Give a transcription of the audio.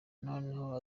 noneho